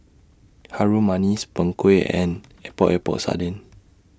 Harum Manis Png Kueh and Epok Epok Sardin